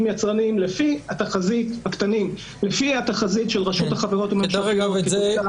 יצרניים הקטנים לפי התחזית של רשות החברות הממשלתיות.